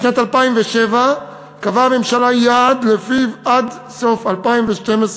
בשנת 2007 קבעה הממשלה יעד שלפיו עד סוף 2012,